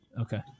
Okay